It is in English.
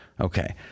Okay